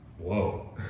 whoa